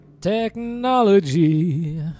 Technology